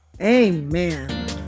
Amen